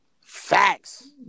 Facts